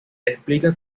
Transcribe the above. explica